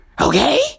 Okay